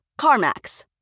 CarMax